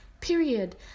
period